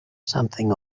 something